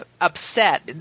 upset –